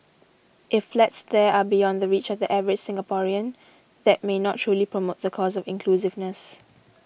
if flats there are beyond the reach of the average Singaporean that may not truly promote the cause of inclusiveness